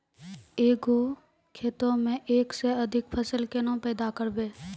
एक गो खेतो मे एक से अधिक फसल केना पैदा करबै?